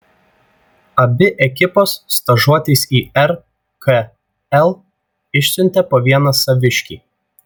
abi ekipos stažuotis į rkl išsiuntė po vieną saviškį